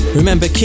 remember